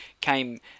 came